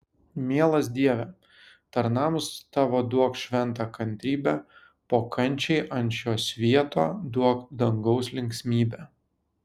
mielas dieve tarnams tavo duok šventą kantrybę po kančiai ant šio svieto duok dangaus linksmybę